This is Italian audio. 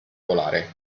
volare